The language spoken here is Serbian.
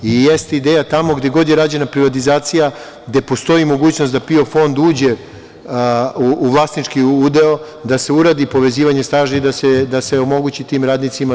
Jeste ideja tamo gde god je rađena privatizacija, gde postoji mogućnost da PIO fond uđe u vlasnički udeo, da se uradi povezivanje staža i da se omogući tim radnicima to.